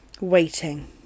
waiting